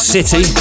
City